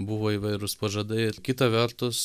buvo įvairūs pažadai ir kita vertus